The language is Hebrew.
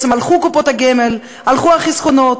אז הלכו קופות הגמל, הלכו החסכונות,